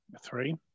three